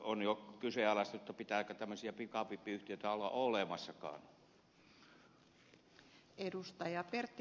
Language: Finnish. on jo kyseenalaista pitääkö tämmöisiä pikavippiyhtiöitä olla olemassakaan